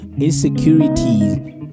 insecurity